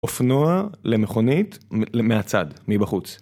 ‫אופנוע למכונית מהצד, מבחוץ.